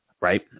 right